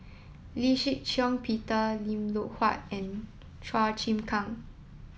Lee Shih Shiong Peter Lim Loh Huat and Chua Chim Kang